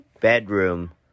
bedroom